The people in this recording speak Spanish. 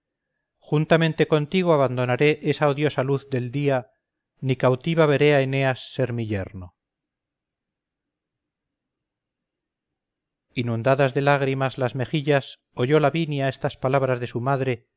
juntamente contigo abandonaré esa odiosa luz del día ni cautiva veré a eneas ser mi yerno inundadas de lágrimas las mejillas oyó lavinia estas palabras de su madre